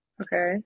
Okay